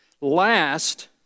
Last